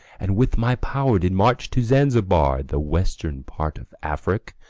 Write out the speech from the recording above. and with my power did march to zanzibar, the western part of afric,